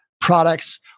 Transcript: products